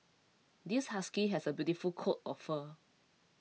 this husky has a beautiful coat of fur